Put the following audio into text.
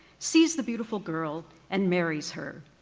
sees the beautiful girl and marries her.